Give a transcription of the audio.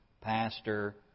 pastor